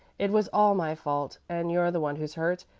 it was all my fault, and you're the one who's hurt.